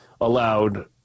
allowed